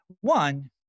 one